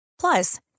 Plus